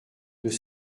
deux